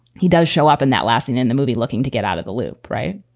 he does show up in that last scene in the movie looking to get out of the loop, right?